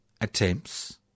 attempts